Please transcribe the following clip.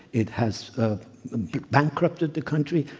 it has ah bankrupted the country.